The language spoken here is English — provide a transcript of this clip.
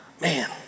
Man